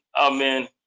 Amen